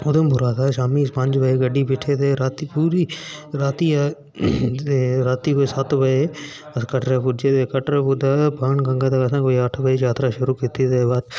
उधमपूरां दा शामी पंज बजे गड़्ड़ी बैठे ते राती पूरी राती राती कोई सत्त बजे अस कटरै पुज्जे ते कटरे दा बाणगंगा कोई अस अठ बजे यात्रा शूरू किती